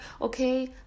okay